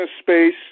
space